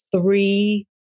three